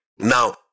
Now